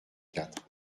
quatre